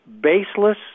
baseless